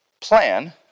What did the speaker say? plan